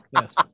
Yes